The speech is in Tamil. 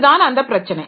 இதுதான் அந்த பிரச்சனை